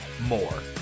more